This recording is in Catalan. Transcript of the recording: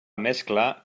mescla